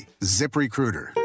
ZipRecruiter